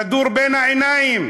כדור בין העיניים,